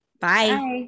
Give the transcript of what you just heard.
Bye